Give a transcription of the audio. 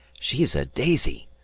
she's a daisy,